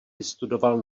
vystudoval